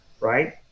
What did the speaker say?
Right